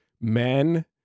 men